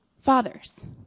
fathers